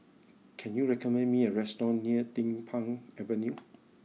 can you recommend me a restaurant near Din Pang Avenue